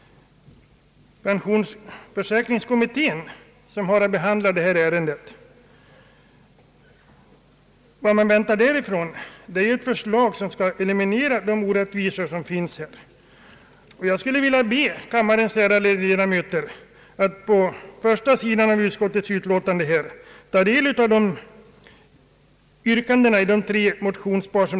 Pensionsförsäkringskommittén — har att behandla detta ärende, och därifrån väntar man ett förslag som skall eliminera orättvisorna. Jag skulle vilja be kammarens ärade ledamöter att ta del av yrkandena i de fem motioner som omnämns på första sidan av utskottets utlåtande.